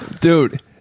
Dude